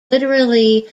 literally